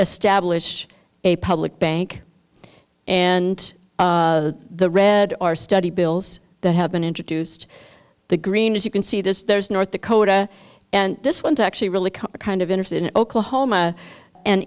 establish a public bank and the read or study bills that have been introduced the green as you can see this there's north dakota and this one's actually really kind of interested in oklahoma and